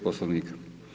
Poslovnika.